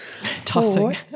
Tossing